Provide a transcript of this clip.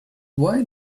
why